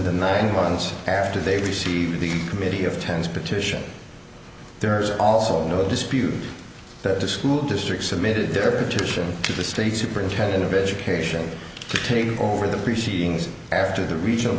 the nine months after they received the committee of tens petition there are also no dispute that the school district submitted their petition to the state superintendent of education to take over the preceding after the reach of